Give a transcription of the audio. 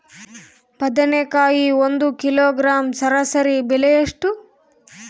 ಬದನೆಕಾಯಿ ಒಂದು ಕಿಲೋಗ್ರಾಂ ಸರಾಸರಿ ಬೆಲೆ ಎಷ್ಟು?